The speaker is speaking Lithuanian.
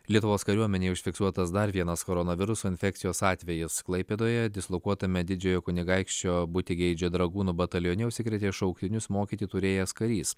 lietuvos kariuomenėje užfiksuotas dar vienas koronaviruso infekcijos atvejis klaipėdoje dislokuotame didžiojo kunigaikščio butigeidžio dragūnų batalione užsikrėtė šauktinius mokyti turėjęs karys